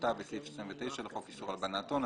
כמשמעותה בסעיף 20 לחוק איסור הלבנת הון,